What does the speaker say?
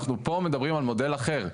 אנחנו פה מדברים על מודל אחר,